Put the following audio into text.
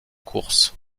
courses